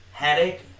Headache